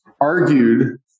argued